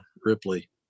Ripley